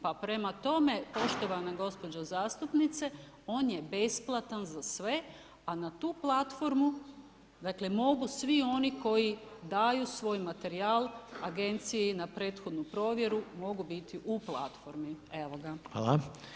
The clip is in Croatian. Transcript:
Pa prema tome, poštovana gospođo zastupnice, on je besplatan za sve a na tu platformu mogu svi oni koji daju svoj materijal agenciji za prethodnu provjeru mogu biti u platformi.